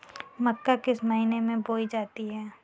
मक्का किस महीने में बोई जाती है?